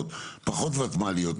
פחות ותמ"ליות,